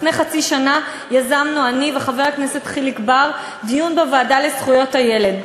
לפני חצי שנה יזמנו אני וחבר הכנסת חיליק בר דיון בוועדה לזכויות הילד.